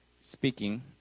speaking